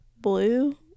blue